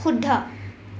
শুদ্ধ